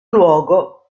luogo